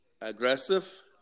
aggressive